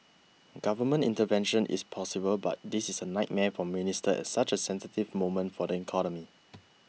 government intervention is possible but this is a nightmare for ministers at such a sensitive moment for the economy